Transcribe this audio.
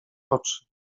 oczy